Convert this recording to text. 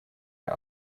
der